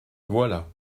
voilà